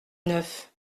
neuf